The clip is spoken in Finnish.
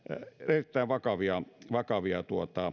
erittäin vakavia vakavia